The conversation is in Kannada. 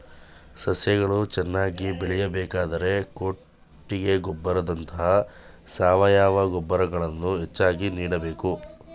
ಸಸ್ಯಗಳು ಚೆನ್ನಾಗಿ ಬೆಳೆಯಬೇಕಾದರೆ ಕೊಟ್ಟಿಗೆ ಗೊಬ್ಬರದಂತ ಸಾವಯವ ಗೊಬ್ಬರಗಳನ್ನು ಹೆಚ್ಚಾಗಿ ನೀಡಬೇಕು